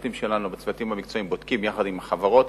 הצוותים המקצועיים בודקים יחד עם חברות